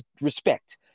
respect